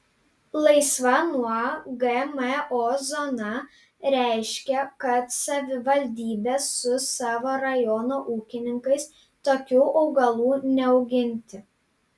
laisva nuo gmo zona reiškia kad savivaldybė su savo rajono ūkininkais tokių augalų neauginti